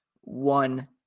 one